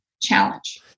challenge